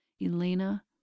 Elena